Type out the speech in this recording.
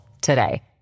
today